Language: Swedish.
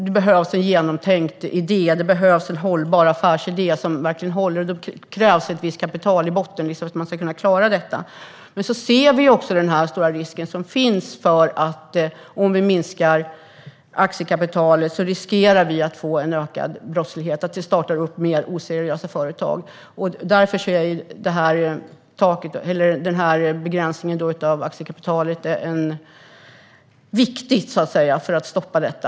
Det behövs en genomtänkt och hållbar affärsidé, och det krävs ett visst kapital i botten för att man ska klara detta. Men Vänsterpartiet ser också den stora risken för att vi, om vi minskar aktiekapitalet, får en ökad brottslighet - att det startas fler oseriösa företag. Begränsningen av aktiekapitalet är viktig för att stoppa detta.